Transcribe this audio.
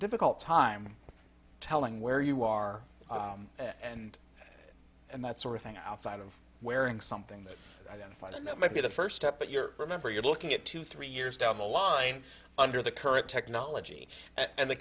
difficult time telling where you are and and that sort of thing outside of wearing something that identifies that might be the first step but you're remember you're looking at two three years down the line under the current technology and the